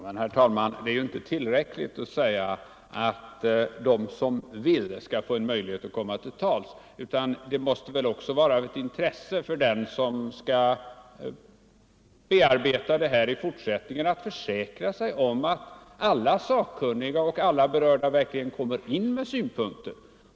Herr talman! Det är ju inte tillräckligt att säga att de som vill skall få en möjlighet att komma till tals, utan det måste väl också vara ett intresse för dem som skall bearbeta utredningens förslag i fortsättningen att försäkra sig om att alla sakkunniga och alla berörda verkligen kommer in med syn punkter.